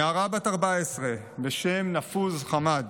נערה בת 14 בשם נפוז חמאד,